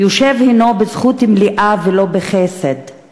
יושב הנו בזכות מלאה ולא בחסד /